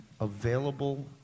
available